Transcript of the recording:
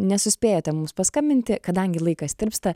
nesuspėjote mums paskambinti kadangi laikas tirpsta